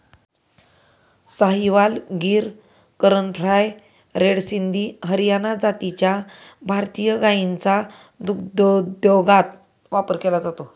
Sahiwal, Gir, Karan Fries, red Sindhi, Haryana जातीच्या भारतीय गायींचा दुग्धोद्योगात वापर केला जातो